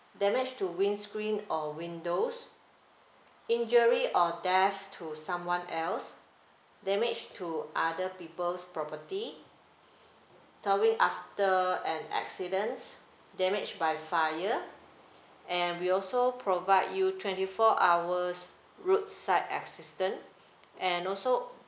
damage to windscreen or windows injury or death to someone else damage to other people's property towing after an accidents damage by fire and we also provide you twenty four hours roadside assistant and also